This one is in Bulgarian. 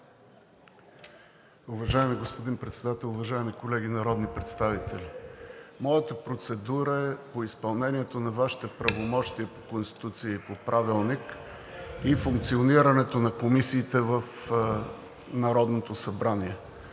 Уважаеми господин Председател, уважаеми колеги народни представители! Моята процедура е по изпълнението на Вашите правомощия по Конституция и по Правилник, и функционирането на комисиите в Народното събрание.